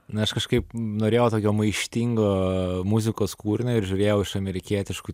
na aš kažkaip norėjau tokio maištingo muzikos kūrinio ir žiūrėjau iš amerikietiškų